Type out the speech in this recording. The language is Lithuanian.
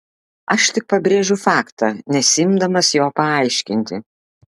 aš tik pabrėžiu faktą nesiimdamas jo paaiškinti